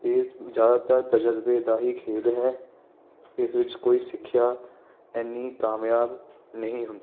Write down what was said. ਇਹ ਜ਼ਿਆਦਾਤਰ ਤਜਰਬੇ ਦਾ ਹੀ ਖੇਡ ਹੈ ਇਸ ਵਿੱਚ ਕੋਈ ਸਿੱਖਿਆ ਇੰਨੀ ਕਾਮਯਾਬ ਨਹੀਂ ਹੁੰਦੀ